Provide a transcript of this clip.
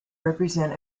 represent